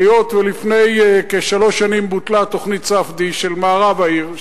היות שלפני כשלוש שנים בוטלה תוכנית ספדיה של מערב העיר,